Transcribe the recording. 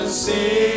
See